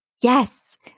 Yes